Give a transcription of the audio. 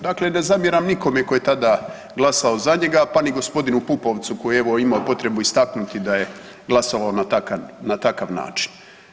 Dakle, ne zamjeram nikome tko je tada glasao za njega, pa ni gospodinu Pupovcu koji evo ima potrebu istaknuti da je glasovao na takav način.